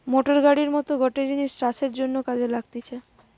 motor গাড়ির মত গটে জিনিস চাষের জন্যে কাজে লাগতিছে